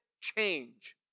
change